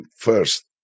first